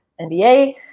NBA